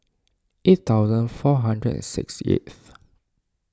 eight thousand four hundred and sixty eighth